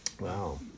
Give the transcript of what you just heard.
Wow